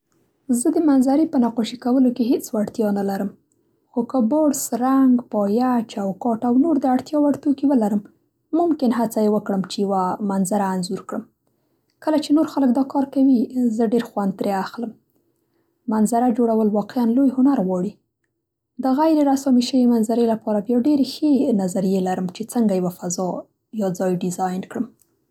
زه د منظرې په نقاشي کولو کې هېڅ وړتیا نه لرم، خو که برس، رنګ، پایه، چوکاټ او نور د اړتیا وړ توکي ولرم ممکن هڅه یې وکړم چې یوه منظره انځور کړم. کله چې نور خلک دا کار کوي زه ډېر خوندې ترې اخلم. منظره جوړول واقعا لوی هنر غواړي. د غیر رسامي شوې منظرې لپاره بیا ډېرې ښې نظریې لرم چې څنګه یوه فضا یا ځای ډيزاين کړم.